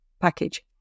package